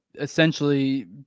essentially